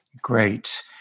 Great